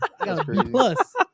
plus